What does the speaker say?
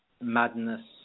madness